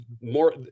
more